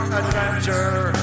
adventure